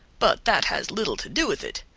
but that has little to do with it.